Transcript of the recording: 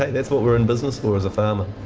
that's what we're in business for as a farmer.